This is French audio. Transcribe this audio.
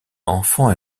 enfant